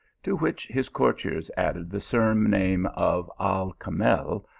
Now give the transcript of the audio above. to which hmfccourtiers added the surname of al kamel,